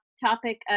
topic